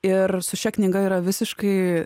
ir su šia knyga yra visiškai